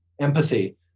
empathy